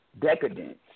decadence